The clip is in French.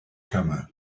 commun